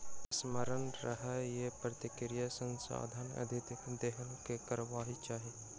स्मरण रहय जे प्राकृतिक संसाधनक अत्यधिक दोहन नै करबाक चाहि